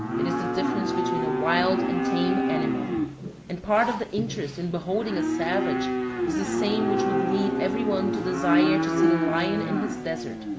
it is the difference between a wild and tame animal and part of the interest in beholding a savage is the same which would lead every one to desire to see the lion in his desert,